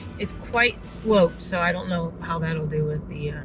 it's quite sloped, so i don't know how that'll do with the